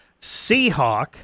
Seahawk